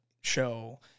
show